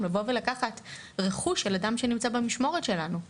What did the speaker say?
לבוא ולקחת רכוש של אדם שנמצא במשמרות שלנו.